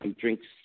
drinks